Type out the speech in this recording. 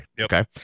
Okay